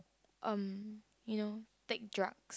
um you know take drugs